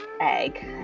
egg